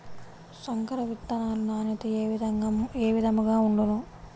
సంకర విత్తనాల నాణ్యత ఏ విధముగా ఉండును?